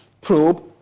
probe